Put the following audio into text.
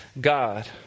God